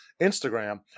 Instagram